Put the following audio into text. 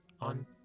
on